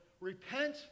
Repent